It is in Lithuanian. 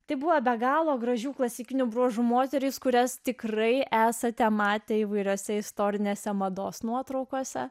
tai buvo be galo gražių klasikinių bruožų moterys kurias tikrai esate matę įvairiose istorinėse mados nuotraukose